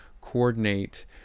coordinate